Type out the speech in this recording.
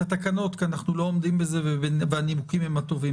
התקנות כי לא עומדים בזה ויש לכך נימוקים טובים.